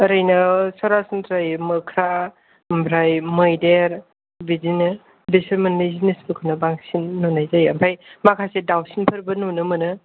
ओरैनो सरासनस्रायै मोख्रा ओमफ्राइ मैदेर बिदिनो बिसोर मोननै जिनिसखौनो बांसिन नुनाय जायो ओमफ्राइ माखासे दाउसिन फोरबो नुनो मोनो